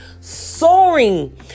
soaring